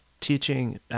teaching